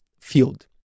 field